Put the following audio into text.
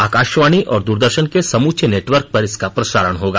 आकाशवाणी और दूरदर्शन के समूचे नटवर्क पर इसका प्रसारण होगा